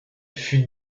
fut